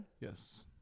Yes